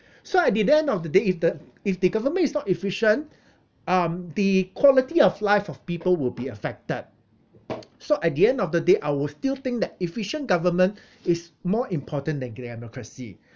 so at the end of the day if the if the government is not efficient um the quality of life of people will be affected so at the end of the day I will still think that efficient government is more important than democracy